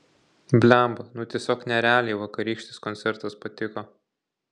blemba nu tiesiog nerealiai vakarykštis koncertas patiko